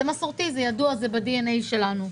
זה מסורתי, זה ידוע, זה ב-DNA שלנו.